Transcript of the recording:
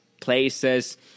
places